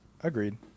Agreed